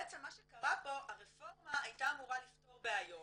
בעצם מה שקרה פה שהרפורמה הייתה אמורה לפתור בעיות